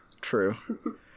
true